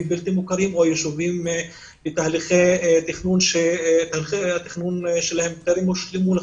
בלתי מוכרים או יישובים שתהליכי התכנון שלהם טרם הושלמו.